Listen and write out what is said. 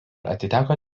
atiteko